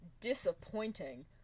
disappointing